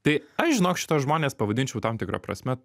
tai aš žinok šituos žmones pavadinčiau tam tikra prasme